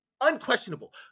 unquestionable